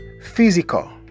physical